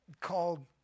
called